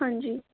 ਹਾਂਜੀ